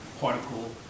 particle